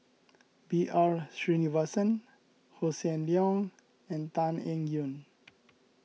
B R Sreenivasan Hossan Leong and Tan Eng Yoon